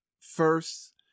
first